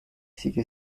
sigue